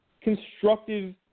constructive